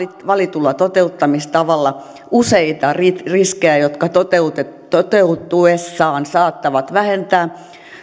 valitulla toteuttamistavalla useita riskejä jotka toteutuessaan saattavat vähentää